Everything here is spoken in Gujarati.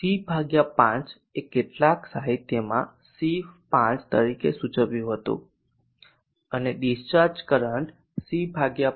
C ભાગ્યા 5 એ કેટલાક સાહિત્યમાં C5તરીકે સૂચવ્યું હતું અને ડીસ્ચાર્જ કરંટ C5 છે